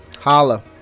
holla